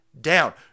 down